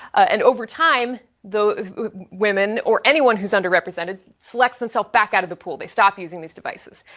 and over time, the women or anyone who's under represented, selects themself back out of the pool-based stop using these devices.